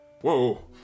Whoa